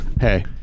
Hey